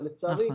ולצערי,